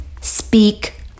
speak